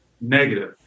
negative